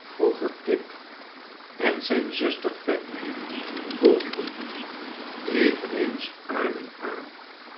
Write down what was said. vroeger tip en zijn zuster fanny volgden eveneens arm in arm